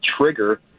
trigger